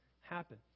happen